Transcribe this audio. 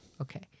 Okay